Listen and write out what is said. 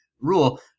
rule